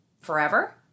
forever